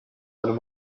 under